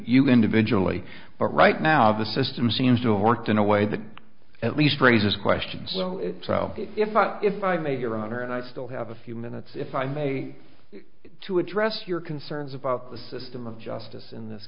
you individually but right now the system seems to have worked in a way that at least raises questions so if i if i may your honor and i still have a few minutes if i may to address your concerns about the system of justice in this